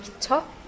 top